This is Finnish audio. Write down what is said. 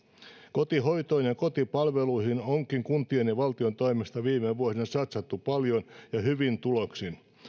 kotihoitoon ja ja kotipalveluihin onkin kuntien ja valtion toimesta viime vuosina satsattu paljon ja hyvin tuloksin